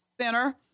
Center